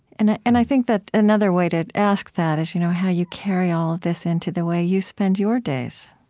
and and i think that another way to ask that is you know how you carry all of this into the way you spend your days,